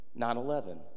9-11